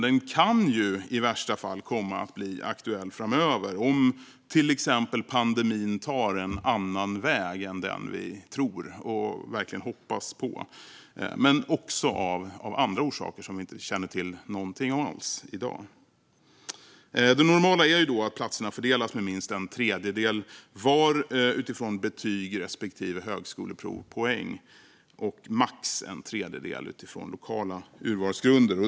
Den kan i värsta fall komma att bli aktuell framöver om till exempel pandemin tar en annan väg än den vi hoppas och tror på. Men den kan också bli aktuell av andra orsaker som vi i dag inte känner till. Det normala är att platserna fördelas med minst en tredjedel var utifrån betyg och högskoleprovspoäng och maximalt en tredjedel utifrån lokala urvalsgrunder.